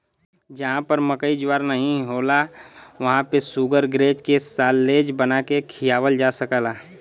जहां पर मकई ज्वार नाहीं होला वहां पे शुगरग्रेज के साल्लेज बना के खियावल जा सकला